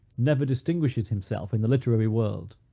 never distinguishes himself in the literary world.